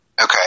Okay